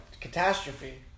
catastrophe